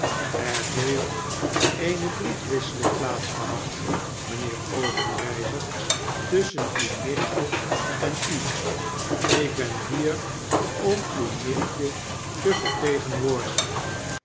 er heeft eene briefwisseling plaats gehad mpheer obenreizer tusschen uw nichtje en u ik ben hier om uw nichtje te vertegenwoordigen